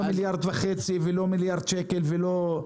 לא 1.5 מיליארד ולא מיליארד שקל וכולי,